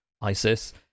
ISIS